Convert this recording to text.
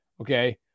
okay